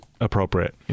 appropriate